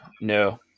No